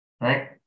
right